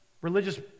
religious